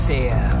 Fear